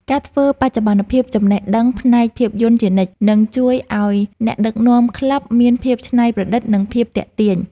ការធ្វើបច្ចុប្បន្នភាពចំណេះដឹងផ្នែកភាពយន្តជានិច្ច នឹងជួយឱ្យអ្នកដឹកនាំក្លឹបមានភាពច្នៃប្រឌិត និងភាពទាក់ទាញ។